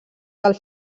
del